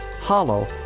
Hollow